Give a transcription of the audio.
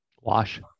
wash